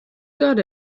got